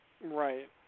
Right